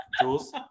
Jules